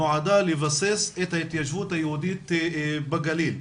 נועדה לבסס את ההתיישבות היהודית בגליל",